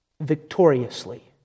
victoriously